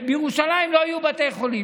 בירושלים לא יהיו בתי חולים,